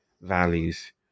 values